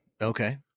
okay